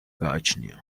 გააჩნია